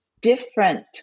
different